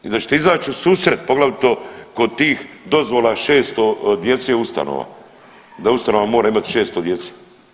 I da ćete izaći u susret poglavito kod tih dozvola 600 djece, ustanova da ustanova mora imati 600 djece.